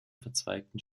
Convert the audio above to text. verzweigten